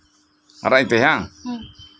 ᱟᱨᱟᱜ ᱛᱮ ᱵᱟᱝ ᱦᱮᱸ